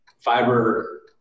fiber